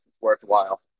worthwhile